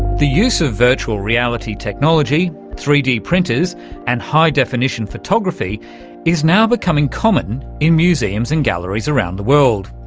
the use of virtual reality technology, three d printers and high-definition photography is now becoming common in museums and galleries around the world.